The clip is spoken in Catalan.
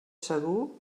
segur